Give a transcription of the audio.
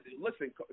Listen